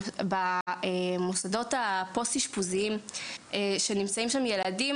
במוסדות הפוסט אישפוזיים נמצאים ילדים.